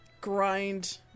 grind